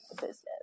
business